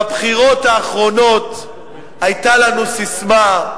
בבחירות האחרונות היתה לנו ססמה: